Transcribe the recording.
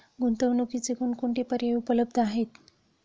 गुंतवणुकीचे कोणकोणते पर्याय उपलब्ध आहेत?